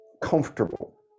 comfortable